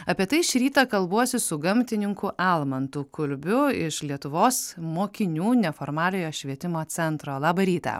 apie tai šį rytą kalbuosi su gamtininku almantu kulbiu iš lietuvos mokinių neformaliojo švietimo centro labą rytą